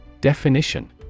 Definition